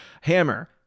Hammer